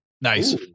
Nice